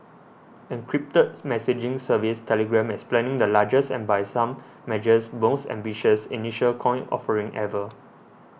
encrypted messaging service Telegram is planning the largest and by some measures most ambitious initial coin offering ever